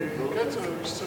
אני דווקא כן רוצה לתת